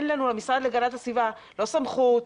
המשרד להגנת הסביבה לא סמכות,